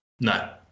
no